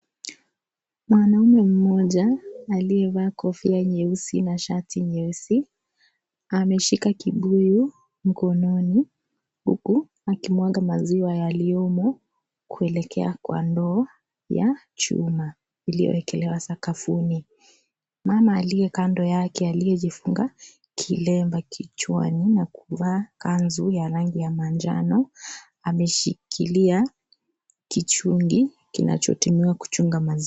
Mwanaume mmoja aliyevaa kofia nyeusi na shati nyeusi ameshika kibuyu mkononi huku akimwaga maziwa yaliyomo kuelekea kwa ndoo ya chuma iliyowekelewa sakafuni. Mama aliye kando yake aliyejifunga kilemba kichwani na kuvaa kanzu ya rangi ya manjano ameshikilia kichungi kinachotumiwa kuchunga maziwa.